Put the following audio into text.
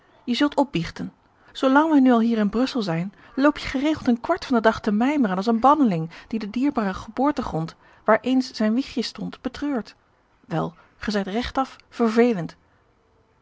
je zult opbiechten zoo lang wij nu al hier in brussel george een ongeluksvogel zijn loop geregeld een kwart van den dag te mijmeren als een banneling die den dierbaren geboortegrond waar eens zijn wiegje stond betreurt wel ge zijt regt af vervelend